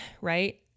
right